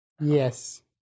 Yes